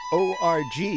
org